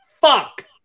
fuck